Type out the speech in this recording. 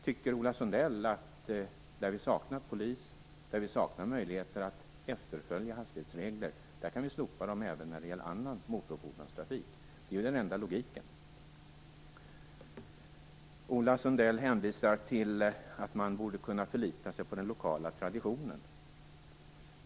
Tycker Ola Sundell att vi kan slopa hastighetsreglerna även när det gäller annan motorfordonstrafik där vi saknar polis och möjligheter att kontrollera efterföljden? Det är det enda logiska. Ola Sundell hänvisar till att man borde kunna förlita sig på den lokala traditionen.